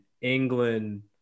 England